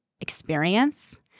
experience